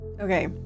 Okay